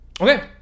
Okay